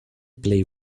play